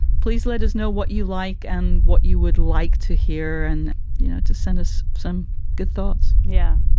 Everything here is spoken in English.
please let us know what you like and what you would like to hear and you know to send us some good thoughts yeah,